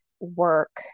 Work